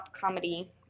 comedy